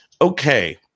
Okay